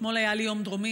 אתמול היה לי יום דרומי.